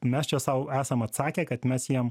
mes čia sau esam atsakę kad mes jiem